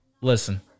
Listen